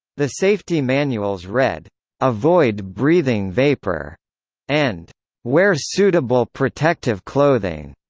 the safety manuals read avoid breathing vapor and wear suitable protective clothing.